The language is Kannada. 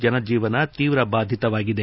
ಜನಜೀವನ ತೀವ್ರ ಬಾಧಿತವಾಗಿದೆ